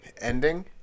ending